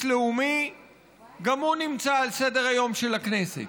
לאומי גם הוא נמצא על סדר-היום של הכנסת,